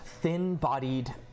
thin-bodied